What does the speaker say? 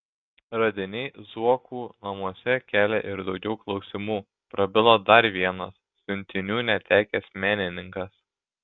radiniai zuokų namuose kelia ir daugiau klausimų prabilo dar vienas siuntinių netekęs menininkas